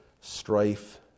strife